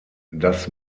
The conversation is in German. das